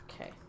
Okay